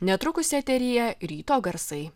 netrukus eteryje ryto garsai